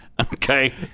Okay